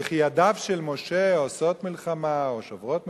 וכי ידיו של משה עושות מלחמה או שוברות מלחמה?